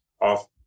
off